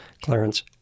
Clarence